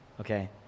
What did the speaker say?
okay